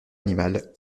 animal